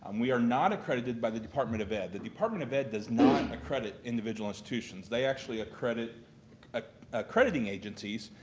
and we are not accredited by the department of ed. the department of ed does not accredit individual institutions. they actually accredit accrediting agencies,